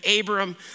Abram